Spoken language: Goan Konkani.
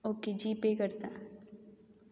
ओके जी पे करतां